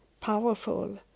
powerful